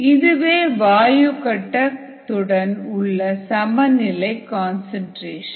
இதுவே வாயு கட்ட த்துடன் உள்ள சமநிலை கன்சன்ட்ரேஷன்